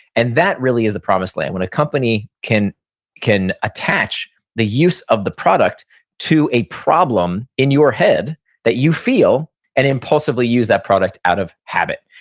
and that really is the promise land when a company can can attach the use of the product to a problem in your head that you feel and impulsively use that product out of habit.